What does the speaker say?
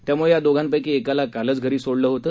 त्यामुळे या दोघांपैकी एकाला कालच घरी सोडलं होतं